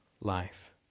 life